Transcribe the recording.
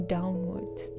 downwards